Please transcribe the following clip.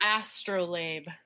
Astrolabe